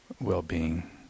well-being